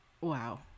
Wow